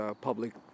public